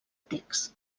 text